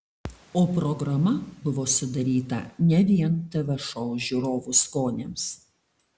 o programa buvo sudaryta ne vien tv šou žiūrovų skoniams